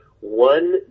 one